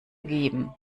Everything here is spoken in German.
geben